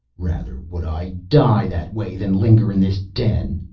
rather would i die that way than linger in this den,